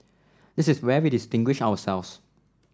this is where we distinguish ourselves